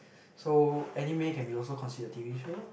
so anime can be also considered t_v show